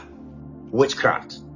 witchcraft